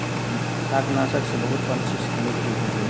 शाकनाशक सॅ बहुत पंछी के मृत्यु भ गेल